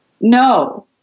no